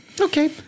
Okay